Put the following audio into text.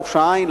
ראש-העין.